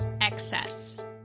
excess